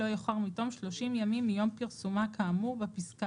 לא יאוחר מתום 30 ימים מיום פרסומה כאמור בפסקה